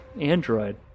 android